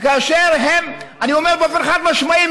שאני אומר באופן חד-משמעי,